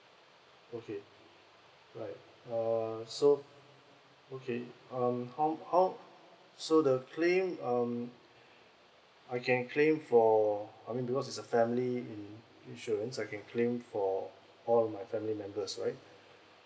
okay right uh so okay um how how so the claim um I can claim for I mean because is a family insurance I can claim for all my family members right